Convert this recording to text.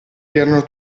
erano